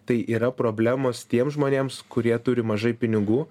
tai yra problemos tiems žmonėms kurie turi mažai pinigų